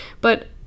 but-